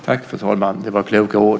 Fru talman! Det var kloka ord.